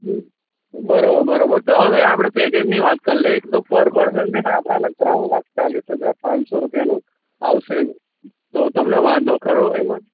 હમ બરોબર બરોબર તો આવે આપણે પેકેજની વાત કર લઈએ તો પર પર્સન છે ને ત્રણ લાખ ચાલીસ હજાર પાનસો રૂપિયાનું આવશે તો તમને વાંધો ખરો એમાં